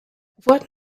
what